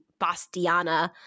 Bastiana